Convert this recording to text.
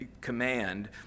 command